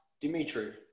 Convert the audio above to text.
Dimitri